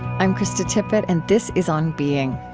i'm krista tippett, and this is on being.